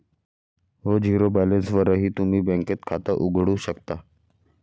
हो, झिरो बॅलन्सवरही तुम्ही बँकेत खातं उघडू शकता